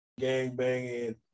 gangbanging